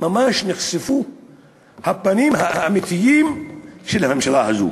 ממש נחשפו הפנים האמיתיים של הממשלה הזאת.